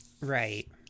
right